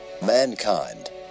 Mankind